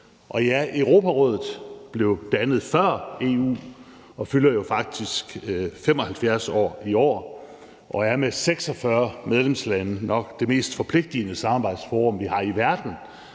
ja, Europarådet blev dannet før EU og fylder jo faktisk 75 år i år og er med 46 medlemslande nok det mest forpligtende samarbejdsforum, vi har i verden,